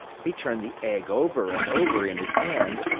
he turned the egg over and over in his hands,